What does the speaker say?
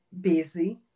busy